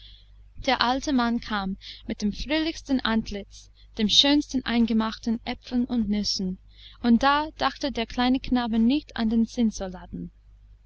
der alte mann kam mit dem fröhlichsten antlitz dem schönsten eingemachten äpfeln und nüssen und da dachte der kleine knabe nicht an den